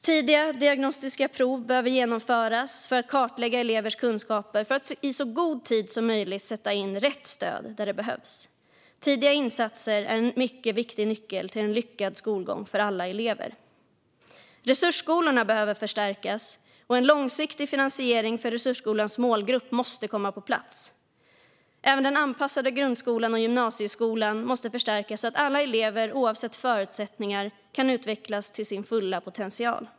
Tidiga diagnostiska prov behöver genomföras för att kartlägga elevers kunskaper för att i så god tid som möjligt sätta in rätt stöd där det behövs. Tidiga insatser är en mycket viktig nyckel till en lyckad skolgång för alla elever. Resursskolorna behöver förstärkas, och en långsiktig finansiering för resursskolans målgrupp måste komma på plats. Även den anpassade grundskolan och gymnasieskolan måste förstärkas så att alla elever oavsett förutsättningar kan utvecklas till sin fulla potential.